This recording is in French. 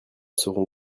seront